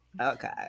Okay